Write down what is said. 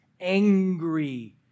angry